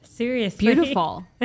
Beautiful